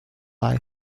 lie